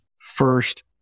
first